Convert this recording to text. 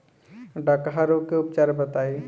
डकहा रोग के उपचार बताई?